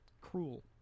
cruel